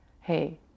hey